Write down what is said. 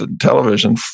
television